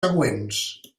següents